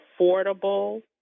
affordable